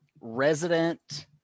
resident